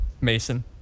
Mason